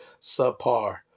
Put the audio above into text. subpar